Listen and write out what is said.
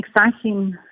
exciting